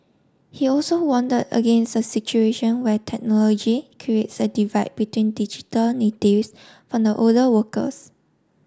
he also against a situation where technology creates a divide between digital natives from the older workers